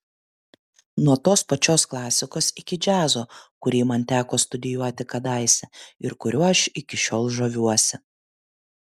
nuo tos pačios klasikos iki džiazo kurį man teko studijuoti kadaise ir kuriuo aš iki šiol žaviuosi